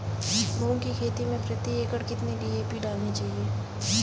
मूंग की खेती में प्रति एकड़ कितनी डी.ए.पी डालनी चाहिए?